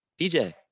pj